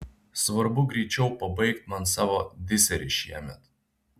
svarbu greičiau pabaigt man savo diserį šiemet